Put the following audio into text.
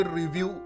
review